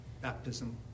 baptism